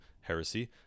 heresy